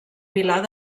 pilar